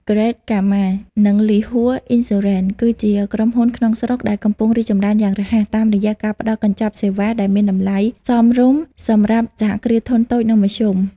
Grand Karma និង Ly Hour Insurance គឺជាក្រុមហ៊ុនក្នុងស្រុកដែលកំពុងរីកចម្រើនយ៉ាងរហ័ស តាមរយៈការផ្ដល់កញ្ចប់សេវាដែលមានតម្លៃសមរម្យសម្រាប់ សហគ្រាសធុនតូច និងមធ្យម។